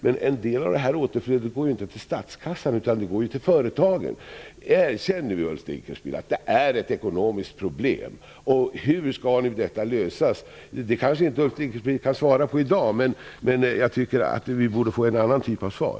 Men en del av detta återflöde går ju inte till statskassan, utan det går till företagen. Erkänn, Ulf Dinkelspiel, att det är ett ekonomiskt problem! Hur skall då detta lösas? Den frågan kan Ulf Dinkelspiel kanske inte svara på i dag, men jag tycker att vi borde kunna få en annan typ av svar.